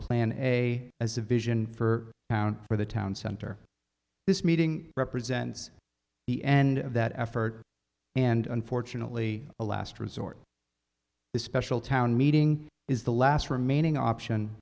plan a as a vision for now and for the town center this meeting represents the end of that effort and unfortunately a last resort the special town meeting is the last remaining option